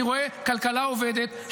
אני רואה כלכלה עובדת,